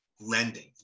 lending